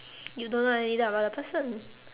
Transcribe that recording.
you don't know anything about the person